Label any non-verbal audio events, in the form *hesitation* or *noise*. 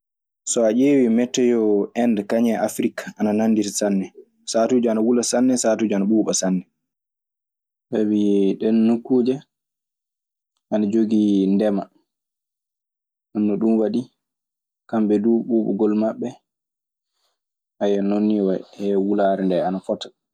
So a ɗiewi meteo inde kaŋum e afrike, ana nanditi sanne, satuji ana wula sanne satuji ana ɓuba sanne. Sabi ɗeen nokkuuje ana jogii ndema. Nden non zun wazi kamɓe duu ɓuuɓugol maɓɓe, *hesitation* noon nii wayi. E wulaare ndee ana fota.